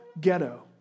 ghetto